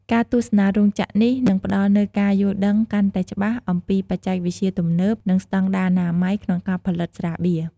ការទស្សនារោងចក្រនេះ នឹងផ្ដល់នូវការយល់ដឹងកាន់តែច្បាស់អំពីបច្ចេកវិទ្យាទំនើប និងស្តង់ដារអនាម័យក្នុងការផលិតស្រាបៀរ។